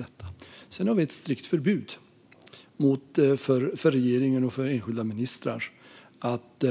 Vi har sedan ett strikt förbud för regeringen och enskilda ministrar att